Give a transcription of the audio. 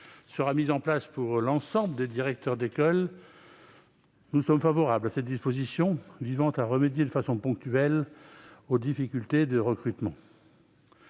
sera mise en place pour l'ensemble des directeurs d'école, nous sommes favorables à cette disposition visant à remédier de façon ponctuelle aux difficultés de recrutement.